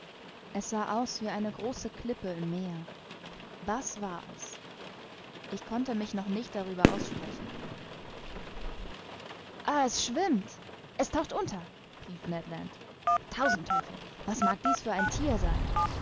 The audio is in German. es sah aus wie eine große klippe im meer was war es ich konnte mich noch nicht darüber aussprechen ah es schwimmt es taucht unter rief ned land tausend teufel was mag dies für ein thier sein